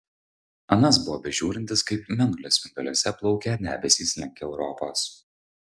anas buvo bežiūrintis kaip mėnulio spinduliuose plaukia debesys link europos